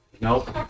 Nope